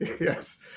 Yes